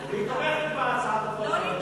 אנחנו עוברים להודעה